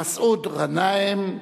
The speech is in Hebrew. מסעוד גנאים,